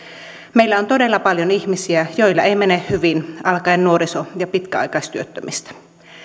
meillä on todella paljon ihmisiä joilla ei mene hyvin alkaen nuoriso ja pitkäaikaistyöttömistä